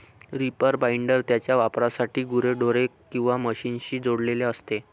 reaper binder त्याच्या वापरासाठी गुरेढोरे किंवा मशीनशी जोडलेले असते